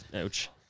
Ouch